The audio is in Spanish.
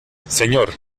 señor